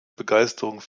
begeisterung